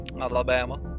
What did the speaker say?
Alabama